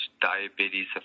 diabetes